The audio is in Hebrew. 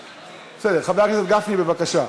בסדר, חבר הכנסת גפני, בבקשה.